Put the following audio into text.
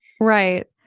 Right